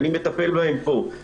אני מטפל בהם פה,